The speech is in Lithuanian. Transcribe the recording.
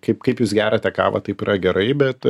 kaip kaip jūs geriate kavą taip yra gerai bet